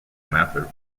mather